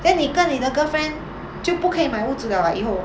then 你跟你的 girlfriend 就不可以买屋子 liao [what] 以后